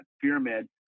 pyramid